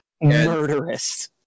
Murderous